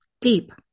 deep